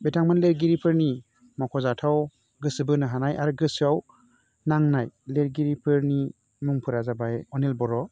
बिथांमोन लिरगिरिफोरनि मख'जाथाव गोसो बोनो हानाय आरो गोसोआव नांनाय लिरगिरिफोरनि मुंफोरा जाबाय अनिल बर'